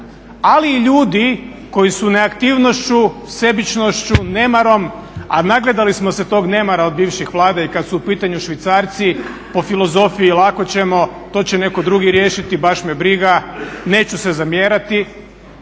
ali i ljudi koji su neaktivnošću, sebičnošću, nemarom, a nagledali smo se tog nemara od bivših Vlada i kad su u pitanju švicarci po filozofiji lako ćemo. To će netko drugi riješiti, baš me briga, neću se zamjerati.